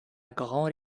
grande